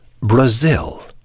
Brazil